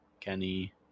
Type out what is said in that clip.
kenny